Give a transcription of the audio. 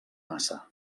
massa